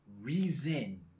reason